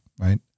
right